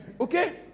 okay